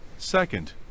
second